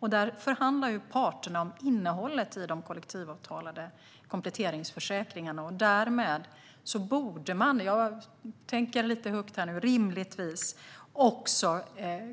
Det är parterna som förhandlar om innehållet i de kollektivavtalade kompletteringsförsäkringarna, och därmed borde man - jag tänker lite högt här nu - rimligtvis